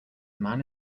man